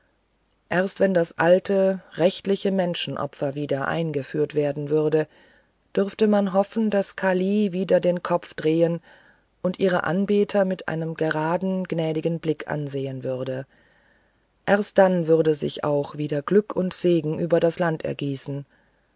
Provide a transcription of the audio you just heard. erst wenn das alte rechtliche menschenopfer wieder eingeführt werden würde dürfe man hoffen daß kali wieder den kopf drehen und ihre anbeter mit einem geraden gnädigen blick ansehen würde erst dann würde sich auch wieder glück und segen über das land ergießen